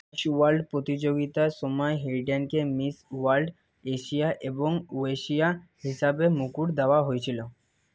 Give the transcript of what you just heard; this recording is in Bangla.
ওয়ার্ল্ড প্রতিযোগিতার সময় হেইডেনকে মিস ওয়ার্ল্ড এশিয়া এবং ওয়েশিয়া হিসাবেও মুকুট দেওয়া হয়েছিলো